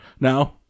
Now